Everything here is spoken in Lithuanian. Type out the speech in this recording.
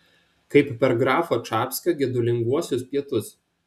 kaip per grafo čapskio gedulinguosius pietus